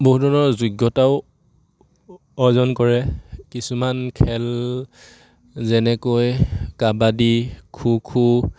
বহু ধৰণৰ যোগ্যতাও অৰ্জন কৰে কিছুমান খেল যেনেকৈ কাবাডী খো খো